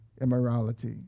immorality